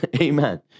amen